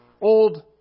Old